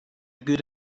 good